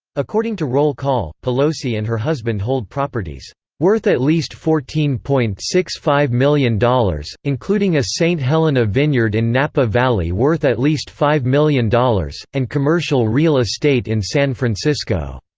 according to roll call, pelosi and her husband hold properties worth at least fourteen point six five million dollars, including a st. helena vineyard in napa valley worth at least five million dollars, and commercial real estate in san francisco.